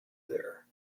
there